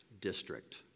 district